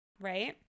Right